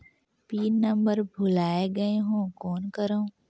Pin number भुला गयें हो कौन करव?